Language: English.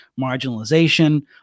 marginalization